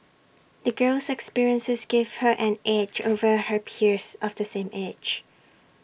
the girl's experiences gave her an edge over her peers of the same age